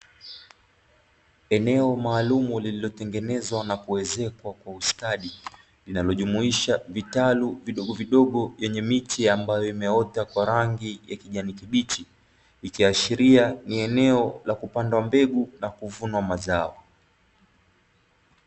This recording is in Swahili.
Eneo maalumu lililotengenezwa na kuezekwa kwa ustadi, linalojumuisha vitalu vidogovidogo vyenye miche ambayo imeota kwa rangi ya kijani kibichi, ikiashiria ni eneo la kupandwa mbegu na kuvunwa mazao.